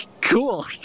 Cool